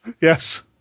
Yes